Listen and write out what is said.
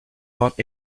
hot